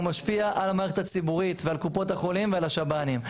הוא משפיע על המערכת הציבורית ועל קופות החולים ועל השב"נים.